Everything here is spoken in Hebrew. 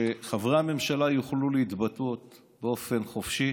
שחברי הממשלה יוכלו להתבטא באופן חופשי